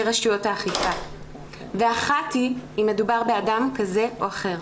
רשויות האכיפה ואחת היא אם מדובר באדם כזה או אחר.